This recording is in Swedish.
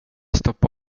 stoppa